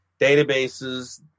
Databases